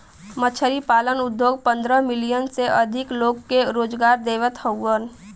मछरी पालन उद्योग पंद्रह मिलियन से अधिक लोग के रोजगार देवत हउवन